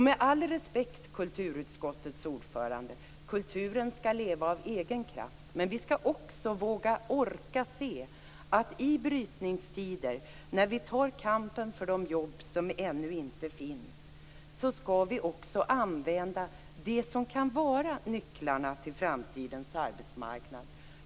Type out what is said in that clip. Med all respekt, kulturutskottets ordförande: Kulturen skall leva av egen kraft, men vi skall också våga och orka se att när vi i brytningstider tar kampen för de jobb som ännu inte finns bör vi också använda det som kan vara nycklarna till framtidens arbetsmarknad.